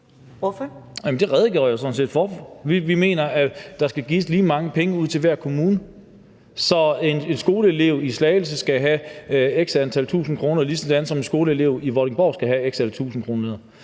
Jamen det redegjorde jeg jo sådan set for. Vi mener, at der skal gives lige mange penge ud til hver kommune, så en skoleelev i Slagelse skal have x antal tusind kroner, ligesom en skoleelev i Vordingborg skal have x antal tusind kroner.